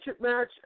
match